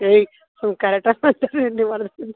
ಏಯ್ ಕರೆಕ್ಟಾಗಿ ಮಾತಾಡಿರಿ ನೀವು